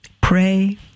pray